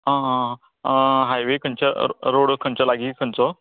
आं आं हायवे खंयच्या रोड खंयच्या लागीं खंयचो